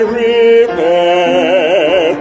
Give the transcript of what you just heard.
repair